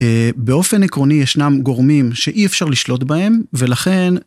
באופן עקרוני ישנם גורמים שאי אפשר לשלוט בהם ולכן.